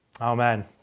Amen